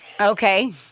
Okay